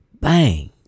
bang